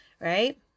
right